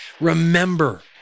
Remember